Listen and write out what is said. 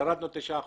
ירדנו בתשעה אחוזי.